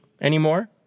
anymore